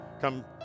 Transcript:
Come